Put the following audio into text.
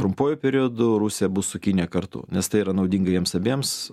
trumpuoju periodu rusija bus su kinija kartu nes tai yra naudinga jiems abiems